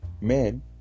Men